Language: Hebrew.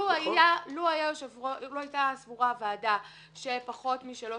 לו הייתה סבורה הוועדה שפחות משלוש